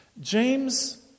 James